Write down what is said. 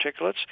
particulates